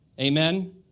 Amen